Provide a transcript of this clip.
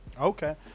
Okay